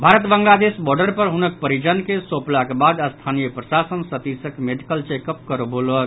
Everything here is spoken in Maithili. भारत बांग्लादेश बॉर्डर पर हुनक परिजन के सौंपलाक बाद स्थानीय प्रशासन सतीशक मेडिकल चेकअप करबौलक